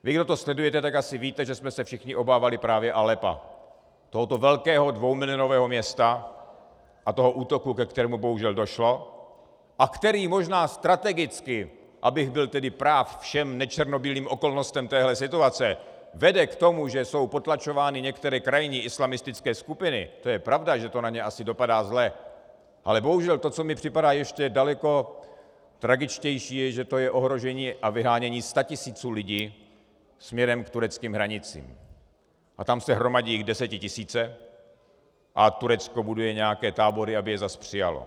Vy, kdo to sledujete, tak asi víte, že jsme se všichni obávali právě Aleppa, tohoto velkého dvoumilionového města, a útoku, ke kterému bohužel došlo a který možná strategicky, abych byl tedy práv všem nečernobílým okolnostem této situace, vede k tomu, že jsou potlačovány některé krajní islamistické skupiny, to je pravda, že to na ně asi dopadá zle, ale bohužel to, co mi připadá ještě daleko tragičtější, je, že to je ohrožení a vyhánění statisíců lidí směrem k tureckým hranicím a tam se jich hromadí desetitisíce a Turecko buduje nějaké tábory, aby je zase přijalo.